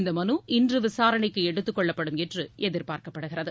இந்த மனு இன்று விசாரணைக்கு எடுத்துக்கொள்ளப்படும் என்று எதிர்பார்க்கப்படுகிறது